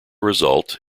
result